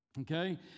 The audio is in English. okay